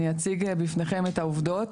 אני אציג בפניכם את העובדות.